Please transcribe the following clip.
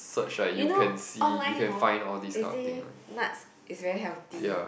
you know online hor they say nuts is very healthy